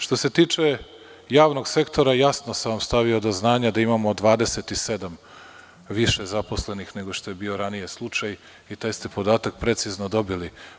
Što se tiče javnog sektora, jasno vam stavio do znanja da imamo 27 više zaposlenih nego što je bio ranije slučaj i taj ste podatakprecizno dobili.